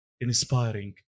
inspiring